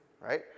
right